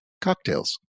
cocktails